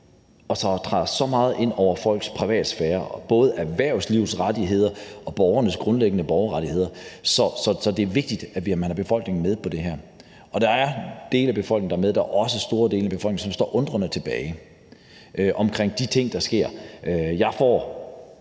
der træder rigtig meget ind i folks privatsfære, både erhvervslivets rettigheder og borgernes grundlæggende borgerrettigheder. Det er vigtigt, at man har befolkningen med på det her. Og der er dele af befolkningen, også store dele af befolkningen, som står undrende tilbage over for de ting, der sker. Jeg fik